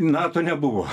nato nebuvo